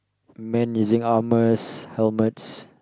man using armours helmets